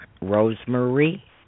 Rosemary